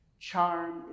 Charm